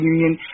Union